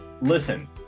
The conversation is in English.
Listen